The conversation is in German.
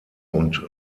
und